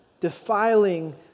defiling